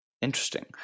Interesting